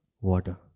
water